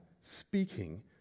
speaking